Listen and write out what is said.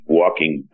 walking